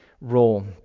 role